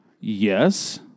Yes